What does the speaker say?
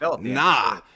nah